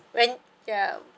when ya